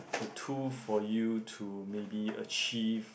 a tool for you to maybe achieve